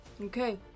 okay